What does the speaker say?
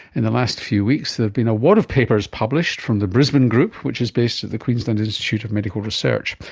in the last few weeks there have been a wad of papers published from the brisbane group which is based at the queensland institute of medical research.